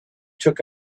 took